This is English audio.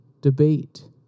debate